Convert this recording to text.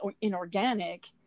inorganic